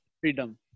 freedom